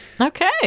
Okay